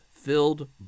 filled